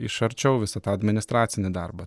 iš arčiau visą tą administracinį darbą